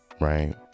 right